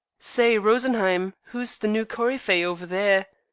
say, rosenheim, who's the new coryphee over there?